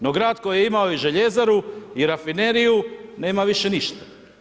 No grad koji je imao i Željezaru i Rafineriju nema više ništa.